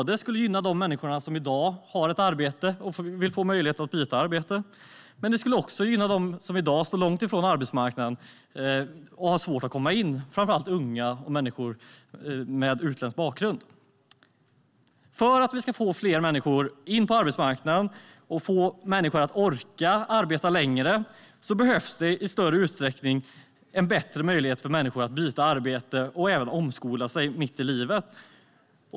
Det skulle gynna både dem som vill byta arbete och dem som står långt från arbetsmarknaden och har svårt att komma in, framför allt unga och människor med utländsk bakgrund. För att vi ska få in fler människor på arbetsmarknaden och för att människor ska orka arbeta längre behöver vi förbättra möjligheten att byta arbete och att omskola sig mitt i livet.